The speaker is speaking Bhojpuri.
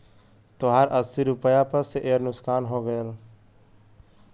तोहार अस्सी रुपैया पर सेअर नुकसान हो गइल